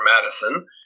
Madison